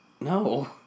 No